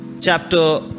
Chapter